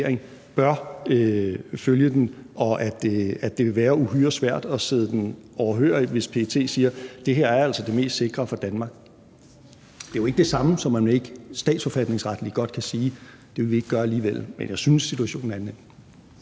at en regering bør følge den, og at det vil være uhyre svært at sidde den overhørig, hvis PET siger, at det her altså er det mest sikre for Danmark. Det er jo ikke det samme, som at man ikke statsforfatningsretligt godt kan sige, at det vil vi ikke gøre alligevel. Men jeg synes, situationen er en